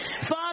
Father